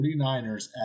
49ers